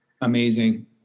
Amazing